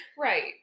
right